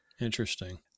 Interesting